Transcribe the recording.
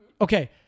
Okay